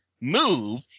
move